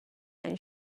and